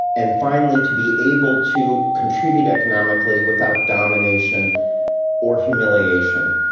and finally, to be able to contribute economically without domination or humiliation.